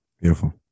Beautiful